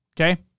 Okay